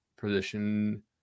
position